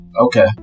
okay